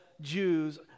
Jews